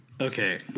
okay